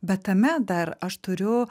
bet tame dar aš turiu